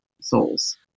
souls